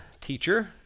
teacher